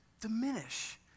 diminish